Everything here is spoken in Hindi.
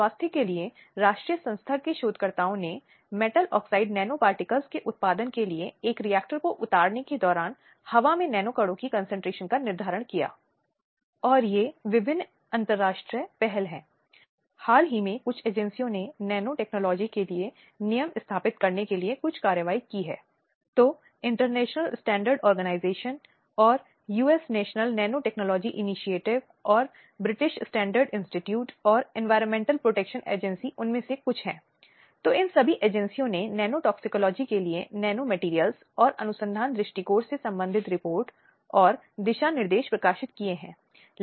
अब इसे आम तौर पर परिवार बाजार और राज्य के बाहर के क्षेत्र के रूप में परिभाषित किया जाता है जिसमें सामाजिक संस्था कार्यकर्ता और संस्थाओं के एक विस्तार को शामिल किया जाता है जिसमें उद्देश्यों संरचनाओं संगठन सदस्यता और भौगोलिक कवरेज की विस्तृत श्रृंखला होती है